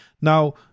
now